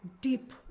deep